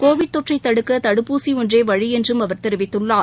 Covid தொற்றை தடுக்க தடுப்பூசி ஒன்றே வழி என்றும் அவர் தெரிவித்துள்ளார்